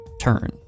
turn